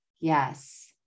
Yes